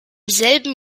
selben